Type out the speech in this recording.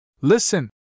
Listen